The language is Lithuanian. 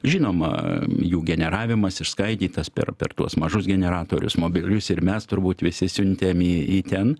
žinoma jų generavimas išskaidytas per per tuos mažus generatorius mobilius ir mes turbūt visi siuntėm į į ten